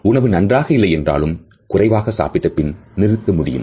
உணவு நன்றாக இல்லை என்றாலும் குறைவாக சாப்பிட்டபின் நிறுத்த முடியும்